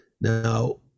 Now